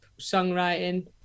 songwriting